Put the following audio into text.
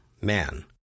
man